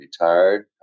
retired